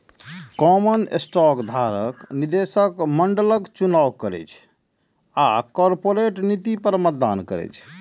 common stock धारक निदेशक मंडलक चुनाव करै छै आ कॉरपोरेट नीति पर मतदान करै छै